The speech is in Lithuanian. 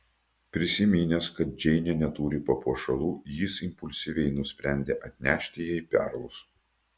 prisiminęs kad džeinė neturi papuošalų jis impulsyviai nusprendė atnešti jai perlus